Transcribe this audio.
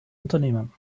unternehmen